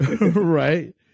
Right